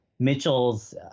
Mitchell's